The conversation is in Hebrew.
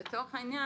לצורך העניין,